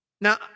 Now